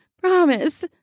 promise